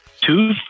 two